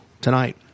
tonight